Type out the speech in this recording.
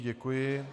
Děkuji.